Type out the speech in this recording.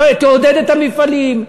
תעודד את המפעלים,